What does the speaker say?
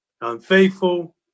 unfaithful